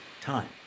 time